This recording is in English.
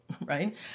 Right